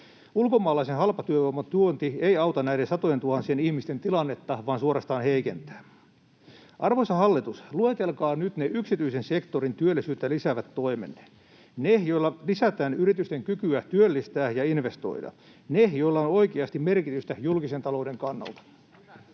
Ulkomaalaisen halpatyövoiman tuonti ei auta näiden satojentuhansien ihmisten tilannetta vaan suorastaan heikentää. Arvoisa hallitus, luetelkaa nyt ne yksityisen sektorin työllisyyttä lisäävät toimet, ne, joilla lisätään yritysten kykyä työllistää ja investoida, ne, joilla on oikeasti merkitystä julkisen talouden kannalta.